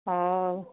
ହଉ